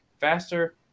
faster